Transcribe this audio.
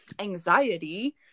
anxiety